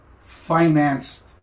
financed